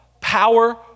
power